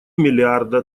миллиарда